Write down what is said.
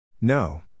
No